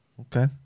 Okay